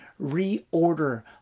Reorder